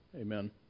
Amen